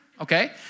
okay